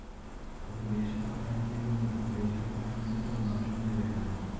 ఒక దేశపు కరన్సీ ని ఇంకొక దేశపు కరెన్సీతో మార్చుకునే విధానము